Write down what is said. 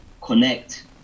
connect